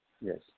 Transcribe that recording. yes